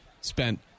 spent